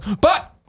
But-